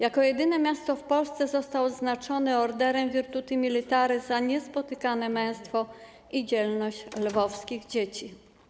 Jako jedyne miasto w Polsce został odznaczony orderem Virtuti Militari za niespotykane męstwo i dzielność lwowskich dzieci.